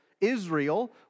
Israel